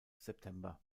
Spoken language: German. september